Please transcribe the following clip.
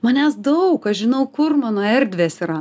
manęs daug aš žinau kur mano erdvės yra